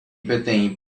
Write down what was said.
peteĩ